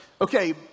Okay